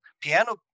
Piano